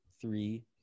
three